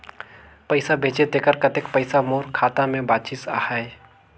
पइसा भेजे तेकर कतेक पइसा मोर खाता मे बाचिस आहाय?